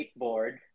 skateboard